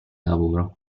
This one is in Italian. lavoro